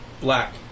black